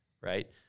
right